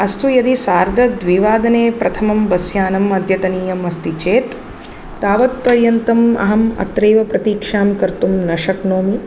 अस्तु यदि सार्धद्विवादने प्रथमं बस् यानम् अद्यतनीनम् अस्ति चेत् तावत्पर्यन्तम् अहम् अत्रैव प्रतीक्षां कर्तुं न शक्नोमि